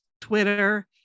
Twitter